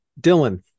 dylan